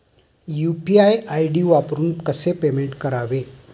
UPI ID वापरून कसे payment करावे?